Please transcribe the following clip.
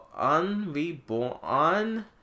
Unreborn